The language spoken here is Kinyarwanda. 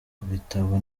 bitabo